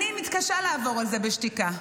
אני מתקשה לעבור על זה בשתיקה.